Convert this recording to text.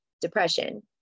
depression